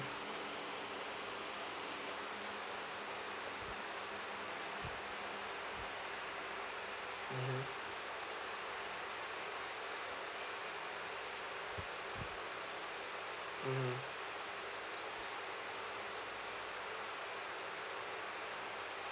mmhmm mmhmm